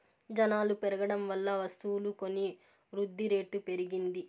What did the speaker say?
జనాలు పెరగడం వల్ల వస్తువులు కొని వృద్ధిరేటు పెరిగింది